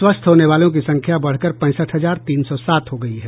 स्वस्थ होने वालों की संख्या बढ़कर पैंसठ हजार तीन सौ सात हो गयी है